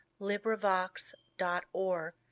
LibriVox.org